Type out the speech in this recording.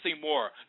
more